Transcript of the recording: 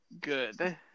good